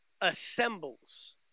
assembles